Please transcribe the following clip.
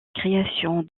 création